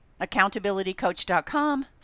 accountabilitycoach.com